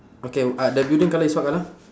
okay uh the building colour is what colour